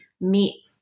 meet